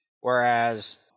Whereas